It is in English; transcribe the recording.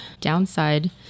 downside